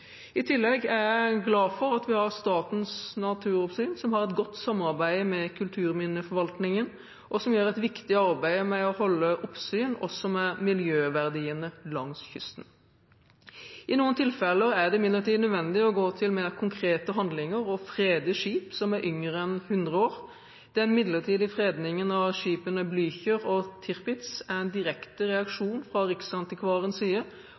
I tillegg er jeg glad for at vi har Statens naturoppsyn, som har et godt samarbeid med kulturminneforvaltningen, og som gjør et viktig arbeid med å holde oppsyn også med miljøverdiene langs kysten. I noen tilfeller er det imidlertid nødvendig å gå til mer konkrete handlinger og frede skip som er yngre enn 100 år. Den midlertidige fredningen av skipene Blücher og Tirpitz er en direkte reaksjon fra Riksantikvarens side